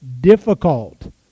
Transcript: difficult